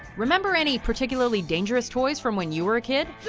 remember any particularly dangerous toys from when you were a kid?